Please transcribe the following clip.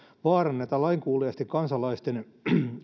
vaaranneta lainkuuliaisten kansalaisten